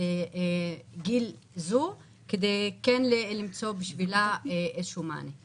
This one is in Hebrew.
גיל זו כדי כן למצוא עבורה איזשהו מענה.